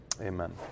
amen